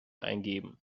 eingeben